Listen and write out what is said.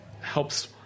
helps